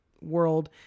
world